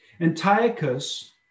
Antiochus